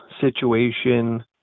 situation